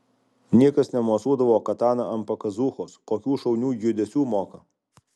niekas nemosuodavo katana ant pakazūchos kokių šaunių judesių moka